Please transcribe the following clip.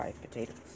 potatoes